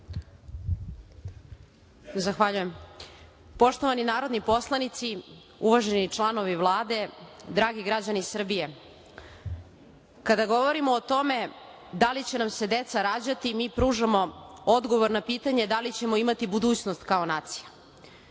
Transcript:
Zahvaljujem. Poštovani narodni poslanici, uvaženi članovi Vlade, dragi građani Srbije, kada govorimo o tome da li će nam se deca rađati, mi pružamo odgovor na pitanje – da li ćemo imati budućnost kao nacija?